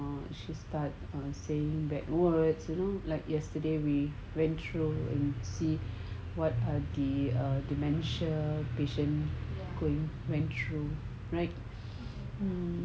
she start on saying bad words you know like yesterday we went through and see what are the dementia patient going went through right